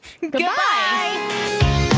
Goodbye